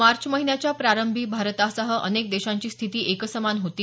मार्च महिन्याच्या प्रारंभी भारतासह अनेक देशांची स्थिती एकसमान होती